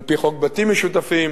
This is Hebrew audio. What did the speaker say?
על-פי חוק בתים משותפים.